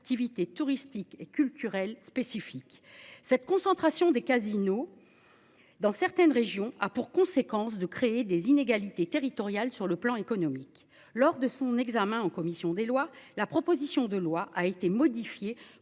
activités touristiques et culturels spécifiques cette concentration des casinos. Dans certaines régions a pour conséquence de créer des inégalités territoriales, sur le plan économique, lors de son examen en commission des lois, la proposition de loi a été modifiée